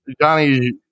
Johnny